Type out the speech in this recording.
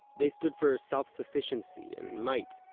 they stood for self-sufficiency and might,